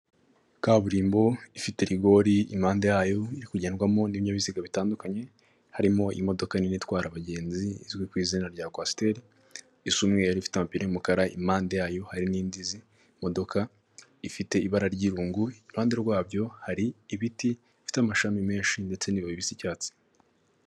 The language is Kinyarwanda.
Kaburimbo ifite rigori impande yayo iri kugendwamo n'ibinyabiziga bitandukanye, harimo imodoka nini itwara abagenzi izwi ku izina rya coaster, isa umweru, ifite amapine y'umukara, impande yayo hari n'indi modoka ifite ibara ry'irungu, iruhande rwabyo hari ibiti bifite amashami menshi ndetse n'ibibabi bisa icyatsi.